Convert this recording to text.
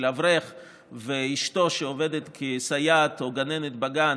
של אברך ואשתו שעובדת כסייעת או גננת בגן